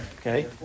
okay